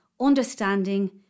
understanding